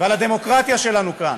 ועל הדמוקרטיה שלנו כאן,